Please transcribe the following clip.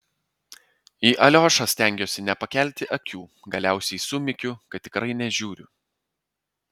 į aliošą stengiuosi nepakelti akių galiausiai sumykiu kad tikrai nežiūriu